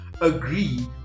agree